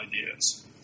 ideas